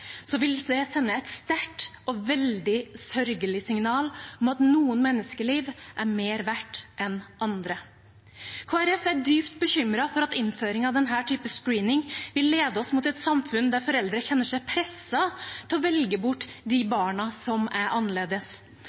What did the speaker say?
sende et sterkt og veldig sørgelig signal om at noen menneskeliv er mer verd enn andre. Kristelig Folkeparti er dypt bekymret for at innføring av denne typen screening vil lede oss mot et samfunn der foreldre kjenner seg presset til å velge bort de barna som er annerledes.